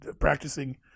practicing